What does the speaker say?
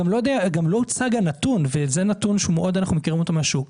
גם לא הוצג הנתון וזה נתון שאנחנו מאוד מכירים מהשוק.